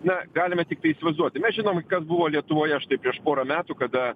na galime tiktai įsivaizduoti mes žinomi kas buvo lietuvoje štai prieš porą metų kada